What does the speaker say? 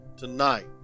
Tonight